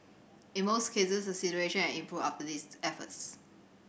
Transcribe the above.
in most cases the situation had improved after these efforts